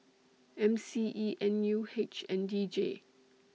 M C E N U H and D J